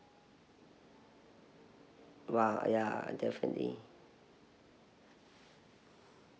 !wah! ya definitely